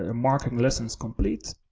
ah marking lessons complete.